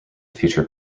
feature